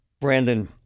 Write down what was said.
brandon